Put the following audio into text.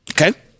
Okay